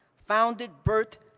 founded, built,